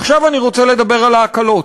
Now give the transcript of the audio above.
עכשיו אני רוצה לדבר על ההקלות,